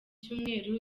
cyumweru